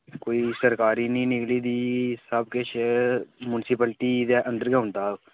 कोई सरकारी निं निकली दी सब किश म्युनिसीपैलिटी दे अंदर गै औंदा ओह्